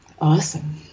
awesome